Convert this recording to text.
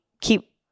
keep